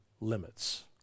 limits